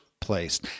place